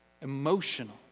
emotional